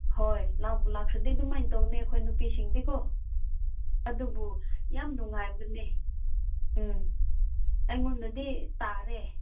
ꯍꯣꯏ ꯂꯥꯛꯄꯨ ꯂꯥꯛꯈ꯭ꯔꯗ ꯑꯗꯨꯃꯥꯏꯅ ꯇꯧꯕꯅꯦ ꯑꯩꯈꯣꯏ ꯅꯨꯄꯤꯁꯤꯡꯗꯤꯀꯣ ꯑꯗꯨꯕꯨ ꯌꯥꯝ ꯅꯨꯡꯉꯥꯏꯕꯅꯦ ꯎꯝ ꯑꯩꯉꯣꯟꯗꯗꯤ ꯇꯥꯔꯦ